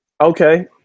Okay